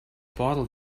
bottle